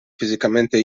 fisicamente